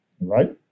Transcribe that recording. right